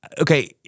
Okay